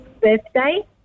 birthday